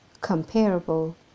comparable